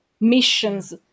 missions